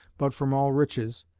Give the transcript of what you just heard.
but from all riches,